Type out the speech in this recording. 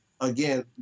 again